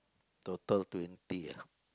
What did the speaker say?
total twenty ah